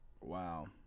Wow